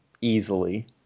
easily